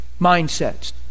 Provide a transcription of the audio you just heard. Mindsets